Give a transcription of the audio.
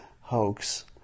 hoax